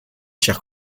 chers